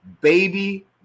Baby